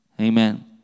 Amen